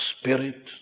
spirit